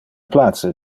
place